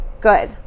good